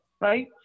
right